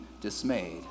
dismayed